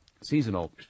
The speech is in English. seasonal